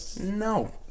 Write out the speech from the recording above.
no